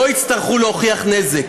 לא יצטרכו להוכיח נזק.